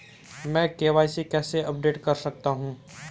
मैं के.वाई.सी कैसे अपडेट कर सकता हूं?